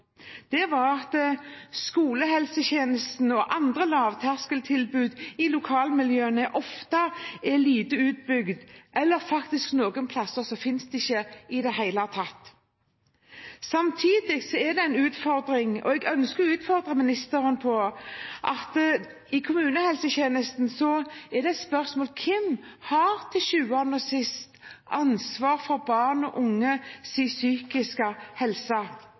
var at skolehelsetjenesten og andre lavterskeltilbud i lokalmiljøene ofte er lite utbygd, og at noen steder finnes de faktisk ikke i det hele tatt. Samtidig er det en utfordring – og jeg ønsker å utfordre ministeren på det – at i kommunehelsetjenesten er spørsmålet: Hvem har til sjuende og sist ansvar for barn og unges psykiske helse?